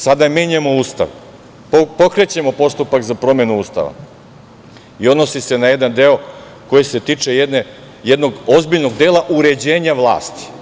Sada pokrećemo postupak za promenu Ustava i odnosi se na jedan deo koji se tiče jednog ozbiljnog dela uređenja vlasti.